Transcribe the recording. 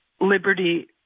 Liberty